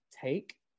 take